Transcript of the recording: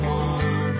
one